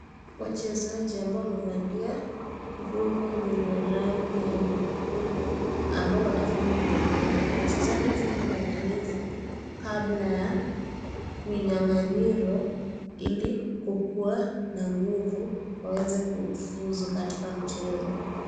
Wachezaji ambao wamevalia nguo zenye rangi ya nyekundu ambao wanafanya mazoezi. Wachezaji hufanya mazoezi kabla ya kuinyanganyiro ili kukuwa na nguvu waweze kufuzu katika mchezo.